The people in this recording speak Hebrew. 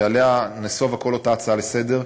ועליה נסובה כל ההצעה לסדר-היום,